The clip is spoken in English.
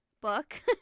book